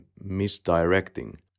misdirecting